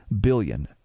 billion